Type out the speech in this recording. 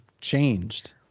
changed